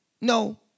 no